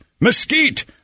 mesquite